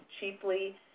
cheaply